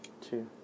two